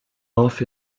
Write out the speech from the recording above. off